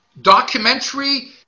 Documentary